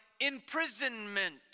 imprisonment